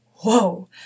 whoa